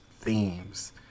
themes